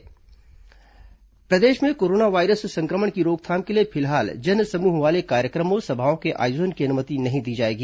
सभा अन्मति स्पष्टीकरण प्रदेश में कोरोना वायरस संक्रमण की रोकथाम के लिए फिलहाल जन समूह वाले कार्यक्रमों सभाओं के आयोजन की अनुमति नहीं दी जाएगी